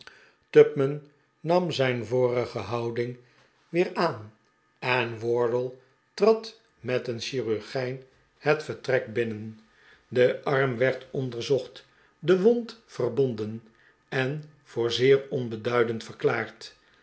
tupman nam zijn vorige houding weer aan en wardle trad met een chirurgijn het vertrek binnen de arm werd onderzocht de wond verbonden en voor zeer onbeduidend